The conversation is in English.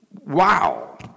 wow